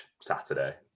Saturday